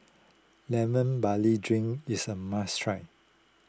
Lemon Barley Drink is a must try